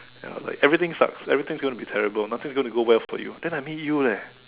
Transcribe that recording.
ya like everything sucks everything gonna be terrible nothing is gonna go well for you then I meet you leh